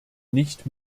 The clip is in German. nicht